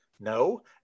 No